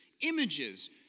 images